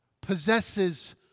possesses